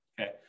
Okay